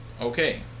okay